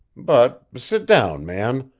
but, sit down, man!